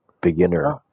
beginner